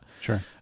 Sure